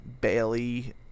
Bailey